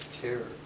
Terror